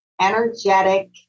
energetic